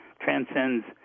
transcends